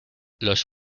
los